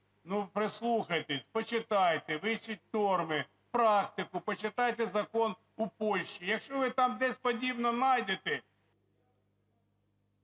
ну прислухайтесь, почитайте, вивчіть норми, практику, почитайте закон у Польщі. Якщо ви там десь подібне найдете...